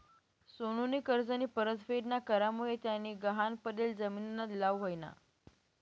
सोनूनी कर्जनी परतफेड ना करामुये त्यानी गहाण पडेल जिमीनना लिलाव व्हयना